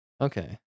Okay